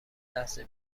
لحظه